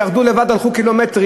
ירדו לבד, הלכו קילומטרים.